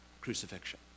crucifixion